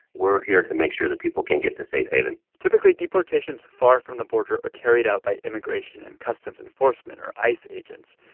we're here to make sure that people can get to safe haven typically, deportations far from the border are carried out by immigration and customs enforcement, or ice, agents.